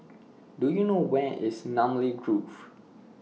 Do YOU know Where IS Namly Grove